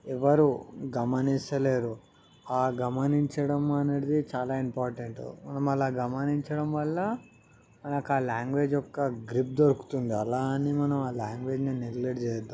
ఎవరు గమనించడంలేదు ఆ గమనించడం అనేది చాలా ఇంపార్టెంట్ మనం అలా గమనించడం వల్ల మనకు ఆ లాంగ్వేజ్ యొక్క గ్రిప్ దొరుకుతుంది అలా అని మనం ఆ లాంగ్వేజ్ని నెగ్లెట్ చేయవద్దు